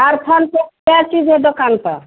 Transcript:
और फल क्या चीज़ है दुकान पर